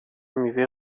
میوه